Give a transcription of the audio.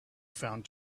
found